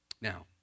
Now